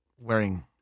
wearing